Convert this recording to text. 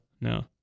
no